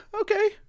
Okay